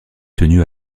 tenus